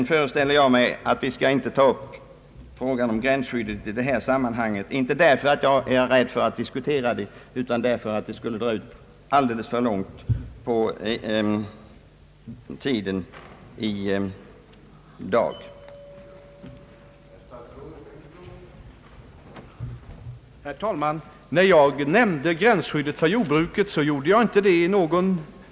Jag föreställer mig att vi inte ska ta upp frågan om gränsskyddet i det här sammanhanget, inte därför att jag är rädd för att diskutera det, utan därför att en sådan diskussion skulle dra ut alldeles för långt på tiden i det knappa tidsschemat.